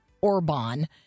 Orban